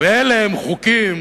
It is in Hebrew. ואלה הם חוקים,